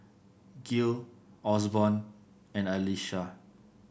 Gil Osborn and Alysha